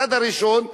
הצד הראשון,